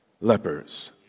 lepers